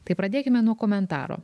tai pradėkime nuo komentaro